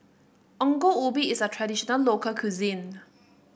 Ongol Ubi is a traditional local cuisine